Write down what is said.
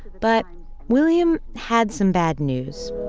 but william had some bad news